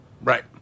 Right